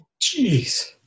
Jeez